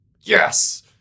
Yes